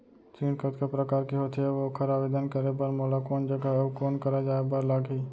ऋण कतका प्रकार के होथे अऊ ओखर आवेदन करे बर मोला कोन जगह अऊ कोन करा जाए बर लागही?